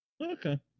Okay